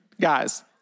guys